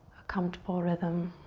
a comfortable rhythm.